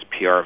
PR